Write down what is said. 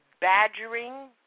badgering